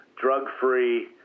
drug-free